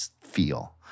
feel